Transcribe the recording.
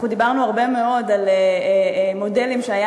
אנחנו דיברנו הרבה מאוד על מודלים שהיה